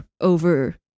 over